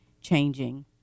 changing